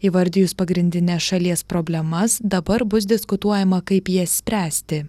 įvardijus pagrindines šalies problemas dabar bus diskutuojama kaip jas spręsti